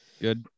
good